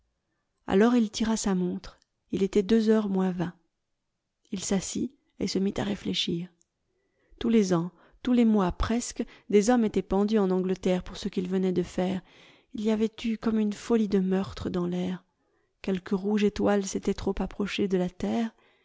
alors il tira sa montre il était deux heures moins vingt il s'assit et se mit à réfléchir tous les ans tous les mois presque des hommes étaient pendus en angleterre pour ce qu'il venait de faire il y avait eu comme une folie de meurtre dans l'air quelque rouge étoile s'était trop approchée de la terre